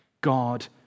God